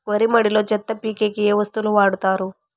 వరి మడిలో చెత్త పీకేకి ఏ వస్తువులు వాడుతారు?